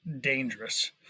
dangerous